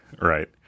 Right